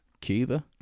Cuba